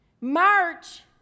March